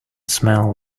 smell